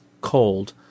cold